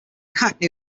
hackney